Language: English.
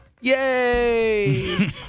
Yay